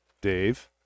Dave